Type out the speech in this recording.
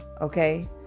okay